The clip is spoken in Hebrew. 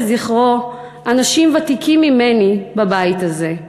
לזכרו אנשים ותיקים ממני בבית הזה,